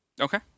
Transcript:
Okay